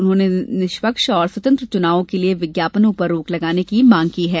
उन्होंने निष्पक्ष और स्वतंत्र चुनावों के लिये विज्ञापनों पर रोक लगाने की मांग की है